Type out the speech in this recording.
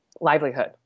livelihood